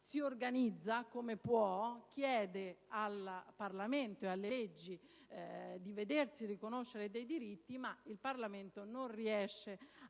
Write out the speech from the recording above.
si organizza come può e chiede al Parlamento e alle leggi di vedersi riconoscere alcuni diritti. Il Parlamento, però, non riesce a